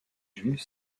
juif